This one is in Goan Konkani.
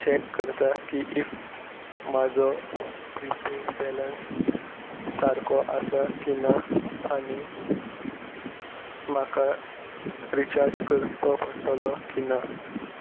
चॅक करता की इफ म्हाजो प्रीपेड बॅलंन्स सारको आसा की ना आनी म्हाका रिचार्ज करचो पडटलो की ना